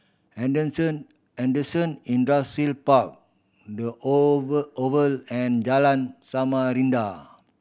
Henderson Henderson Industrial Park The Oval Oval and Jalan Samarinda